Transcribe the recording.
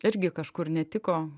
irgi kažkur netiko